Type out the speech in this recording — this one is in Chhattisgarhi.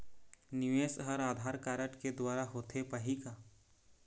निवेश हर आधार कारड के द्वारा होथे पाही का?